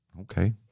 Okay